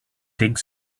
think